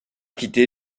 quitté